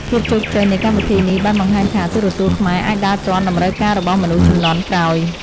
ភាពជោគជ័យនៃកម្មវិធីនេះបានបង្ហាញថា ទូរទស្សន៍ខ្មែរអាចដើរទាន់តម្រូវការរបស់មនុស្សជំនាន់ក្រោយ។